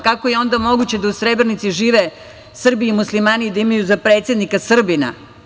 Kako je onda moguće da u Srebrenici žive Srbi i Muslimani i da imaju za predsednika Srbina?